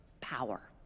power